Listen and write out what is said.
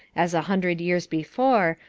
as a hundred years before,